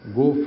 go